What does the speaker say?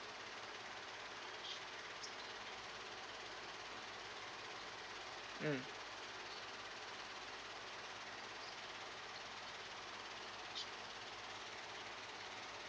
mm